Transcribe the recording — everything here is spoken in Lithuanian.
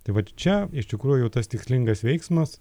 tai vat čia iš tikrųjų jau tas tikslingas veiksmas